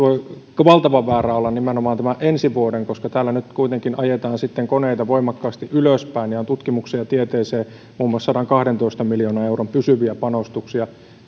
voi valtavan väärä olla nimenomaan tämä ensi vuoden koska täällä nyt kuitenkin ajetaan sitten koneita voimakkaasti ylöspäin ja on tutkimukseen ja tieteeseen muun muassa sadankahdentoista miljoonan euron pysyviä panostuksia